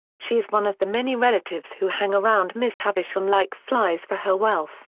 she is one of the many relatives who hang around miss havisham like flies for her wealth.